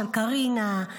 של קרינה,